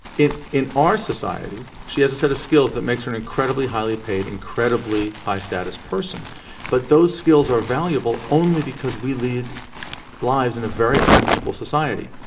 it in our society she has a set of skills that makes her an incredibly highly paid incredibly high status person but those skills are valuable only because we lead lives in a very unequal society.